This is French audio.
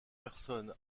personne